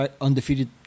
undefeated